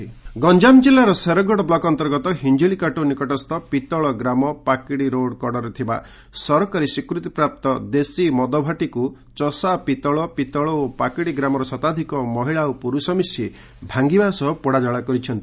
ମଦଭାଟି ଭାଙ୍ଗିଲେ ମହିଳା ଗଞ୍ଠାମ ଜିଲ୍ଲାର ଶେରଗଡ ବ୍ଲକ ଅନ୍ତର୍ଗତ ହିଞ୍ଞିଳିକାଟୁ ନିକଟସ୍ଥ ପିତଳ ଗ୍ରାମ ପାକିଡି ରୋଡ଼ କଡ଼ରେ ଥିବା ସରକାରୀ ସ୍ୱୀକୃତିପ୍ରାପ୍ତ ଦେଶୀମଦଭାଟିକୁ ଚଷା ପିତଳ ପିତଳ ଓ ପାକିଡି ଗ୍ରାମର ଶତାଧିକ ମହିଳା ଓ ପୁରୁଷ ମିଶି ଭାଗିବା ସହ ପୋଡ଼ାଜଳା କରିଛନ୍ତି